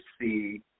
see